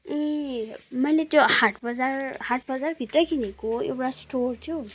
ए मैले त्यो हाटबजार हाटबजारभित्रै किनेको एउटा स्टोर थियो